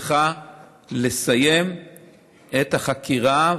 צריכה לסיים את החקירה,